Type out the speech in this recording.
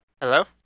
Hello